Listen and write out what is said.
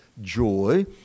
joy